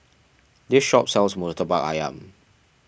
this shop sells Murtabak Ayam